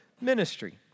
ministry